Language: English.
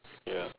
ya